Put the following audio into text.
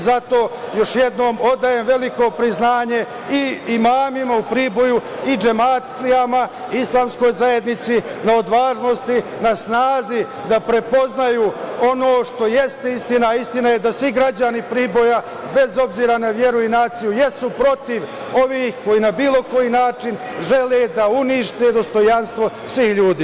Zato još jednom odajem veliko priznanje i imamima u Priboju i džematlijama Islamskoj zajednici na odvažnosti, na snazi da prepoznaju ono što jeste istina, a istina je da svi građani Priboja bez obzira na veru i naciju jesu protiv ovih koji na bilo koji način žele da unište dostojanstvo svih ljudi.